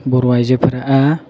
बर' आयजोफोरा